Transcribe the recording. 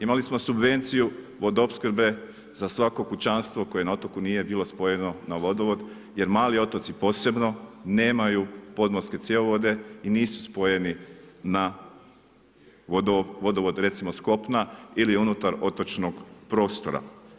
Imali smo subvenciju vodoopskrbe za svako kućanstvo koje na otoku nije bilo spojeno na vodovod jer mali otoci posebno nemaju podmorske cjevovode i nisu spojeni na vodovod recimo s kopna ili unutar otočnog prostora.